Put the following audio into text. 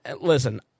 listen